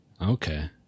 Okay